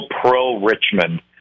pro-Richmond